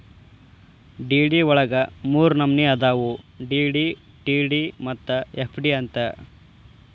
DD ವಳಗ ಮೂರ್ನಮ್ನಿ ಅದಾವು ಡಿ.ಡಿ, ಟಿ.ಡಿ ಮತ್ತ ಎಫ್.ಡಿ ಅಂತ್